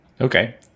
Okay